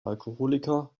alkoholiker